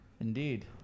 indeed